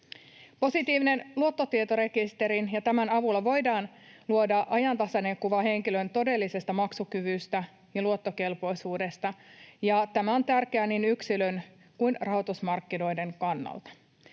Positiivisen luottotietorekisterin avulla voidaan luoda ajantasainen kuva henkilön todellisesta maksukyvystä ja luottokelpoisuudesta, ja tämä on tärkeää niin yksilön kuin rahoitusmarkkinoidenkin kannalta.